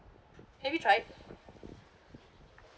have you tried